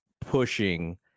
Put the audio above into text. pushing